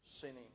sinning